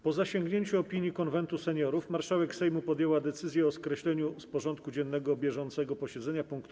Po zasięgnięciu opinii Konwentu Seniorów marszałek Sejmu podjęła decyzję o skreśleniu z porządku dziennego bieżącego posiedzenia punktu: